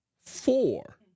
four